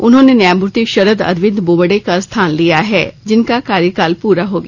उन्होंने न्यायमूर्ति शरद अरविंद बोबडे का स्थान लिया है जिनका कार्यकाल पूरा हो गया